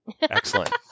Excellent